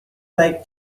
like